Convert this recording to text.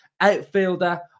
outfielder